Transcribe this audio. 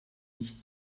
nicht